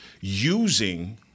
using